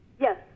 Yes